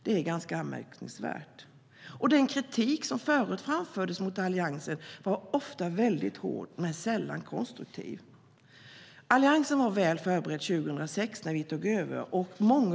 Det är ganska anmärkningsvärt. Den kritik som förut framfördes mot Alliansen var ofta väldigt hård men sällan konstruktiv. Alliansen var väl förberedd 2006 när vi tog över.